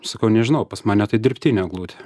sakau nežinau pas mane tai dirbtinė eglutė